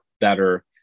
better